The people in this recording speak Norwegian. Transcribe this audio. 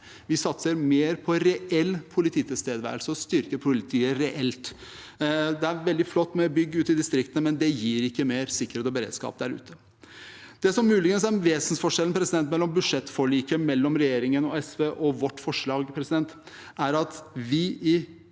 Vi satser mer på reell polititilstedeværelse og styrker politiet reelt. Det er veldig flott med bygg ute i distriktene, men det gir ikke mer sikkerhet og beredskap der ute. Det som muligens er en vesensforskjell mellom budsjettforliket mellom regjeringen og SVs og Høyres forslag, er at vi i